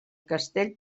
castell